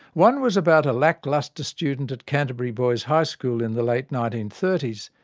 one was about a lacklustre student at canterbury boys high school in the late nineteen thirty s,